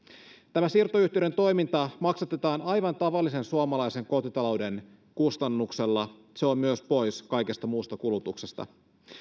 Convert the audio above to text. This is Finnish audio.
tämä siirtoyhtiöiden toiminta maksatetaan aivan tavallisen suomalaisen kotitalouden kustannuksella se on myös pois kaikesta muusta kulutuksesta